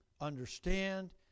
understand